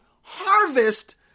harvest